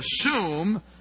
assume